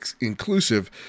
inclusive